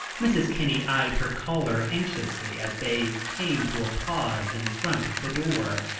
mrs. kinney eyed her caller anxiously as they came to a pause in front of the door.